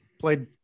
played